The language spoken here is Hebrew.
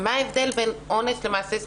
ההבדל בין אונס למעשה סדום,